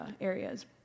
areas